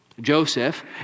Joseph